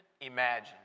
imagine